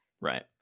Right